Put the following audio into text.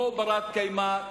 לא בת-קיימא.